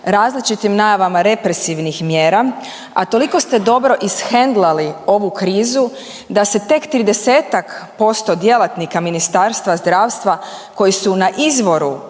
različitim najavama represivnih mjera, a toliko ste dobro ishendlali ovu krizu da se tek 30% djelatnika Ministarstva zdravstva koji su na izvoru